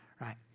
right